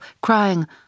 crying